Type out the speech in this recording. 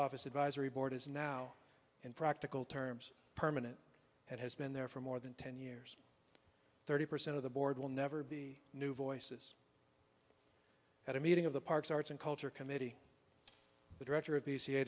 office advisory board is now in practical terms permanent and has been there for more than ten years thirty percent of the board will never be new voices at a meeting of the park's arts and culture committee the director of